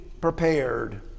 prepared